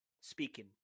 speaking